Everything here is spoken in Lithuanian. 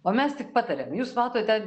o mes tik patariam jūs matote